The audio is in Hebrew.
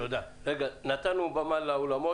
ניתן במה לענף